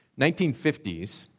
1950s